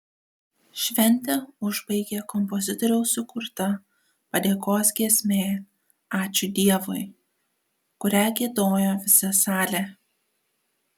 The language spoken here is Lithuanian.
šventę užbaigė kompozitoriaus sukurta padėkos giesmė ačiū dievui kurią giedojo visa salė